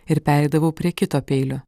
ir pereidavau prie kito peilio